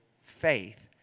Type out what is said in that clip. faith